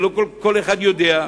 לא כל אחד יודע,